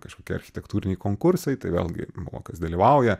kažkokie architektūriniai konkursai tai vėlgi buvo kas dalyvauja